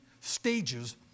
stages